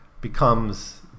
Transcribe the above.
becomes